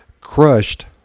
crushed